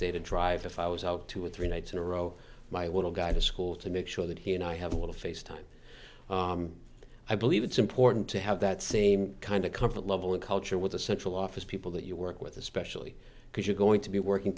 day to drive if i was out two or three nights in a row my would have got to school to make sure that he and i have a lot of face time i believe it's important to have that same kind of comfort level in culture with a central office people that you work with especially because you're going to be working